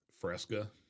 Fresca